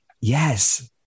yes